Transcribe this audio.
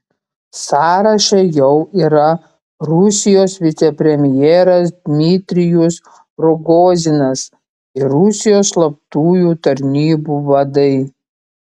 sąraše jau yra rusijos vicepremjeras dmitrijus rogozinas ir rusijos slaptųjų tarnybų vadai